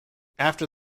after